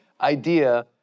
idea